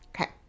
okay